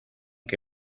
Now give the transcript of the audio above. qué